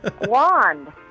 wand